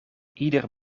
ieder